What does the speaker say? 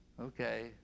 Okay